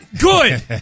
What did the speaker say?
good